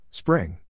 Spring